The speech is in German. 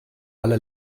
alle